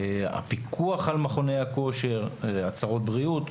פיקוח על מכוני הכושר, הצהרות בריאות.